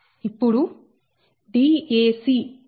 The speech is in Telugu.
ఇప్పుడు Dac 2D